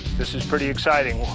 this is pretty exciting,